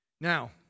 Now